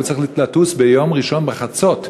הוא צריך לטוס ביום ראשון בחצות.